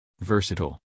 Versatile